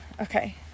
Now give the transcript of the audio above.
Okay